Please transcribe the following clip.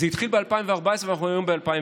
זה התחיל ב-2014, ואנחנו היום ב-2020.